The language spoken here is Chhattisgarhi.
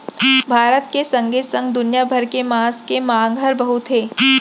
भारत के संगे संग दुनिया भर म मांस के मांग हर बहुत हे